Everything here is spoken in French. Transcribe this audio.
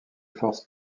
forces